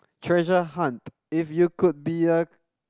treasure hunt if you could be a